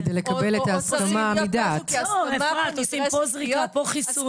אני מבקש לא להכניס בהצעת החוק סנטימנט אישי שמתגלה כאן